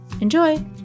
Enjoy